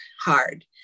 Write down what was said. hard